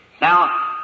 Now